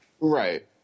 right